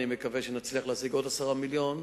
אני מקווה שנצליח להשיג עוד 10 מיליון.